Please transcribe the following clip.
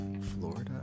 Florida